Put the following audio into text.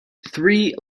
three